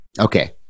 Okay